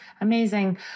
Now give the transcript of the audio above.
Amazing